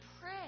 pray